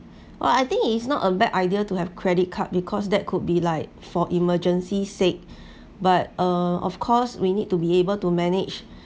oh I think it's not a bad idea to have credit card because that could be like for emergency sake but uh of course we need to be able to manage